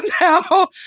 now